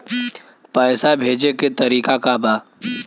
पैसा भेजे के तरीका का बा?